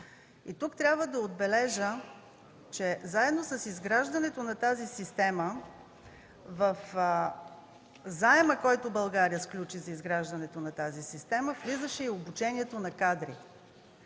Тук трябва да отбележа, че заедно с изграждането на тази система в заема, който България сключи за изграждането й, влизаше и обучението на кадри.